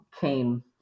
came